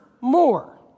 more